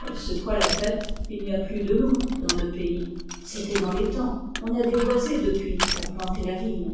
elle secoua la tête il n'y a plus de loups dans le pays c'était dans les temps on a déboisé depuis pour planter la vigne